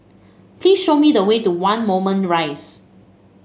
please show me the way to One Moulmein Rise